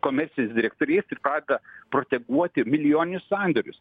komerciniais direktoriais ir pradeda proteguoti milijoninius sandorius